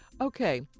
Okay